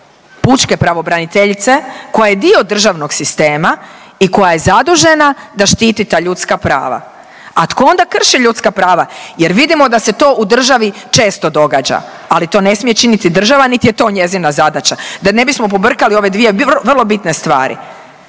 pučke pravobraniteljice koja je dio državnog sistema i koja je zadužena da štiti ta ljudska prava. A tko onda krši ljudska prava? Jer vidimo da se to u državi često događa, ali to ne smije činiti država, niti je to njezina zadaća da ne bismo pobrkali ove dvije vrlo bitne stvari.